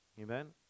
Amen